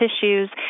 tissues